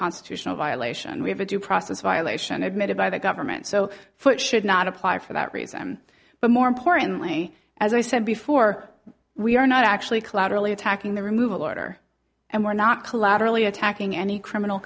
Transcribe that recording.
constitutional violation we have a due process violation admitted by the government so for it should not apply for that reason but more importantly as i said before we are not actually collaterally attacking the removal order and we're not collaterally attacking any criminal